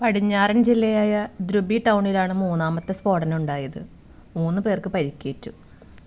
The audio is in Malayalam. പടിഞ്ഞാറൻ ജില്ലയായ ധ്രുബി ടൗണിലാണ് മൂന്നാമത്തെ സ്ഫോടനം ഉണ്ടായത് മൂന്ന് പേർക്ക് പരിക്കേറ്റു